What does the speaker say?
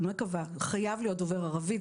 אני לא מקווה - חייב להיות דובר ערבית,